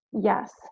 Yes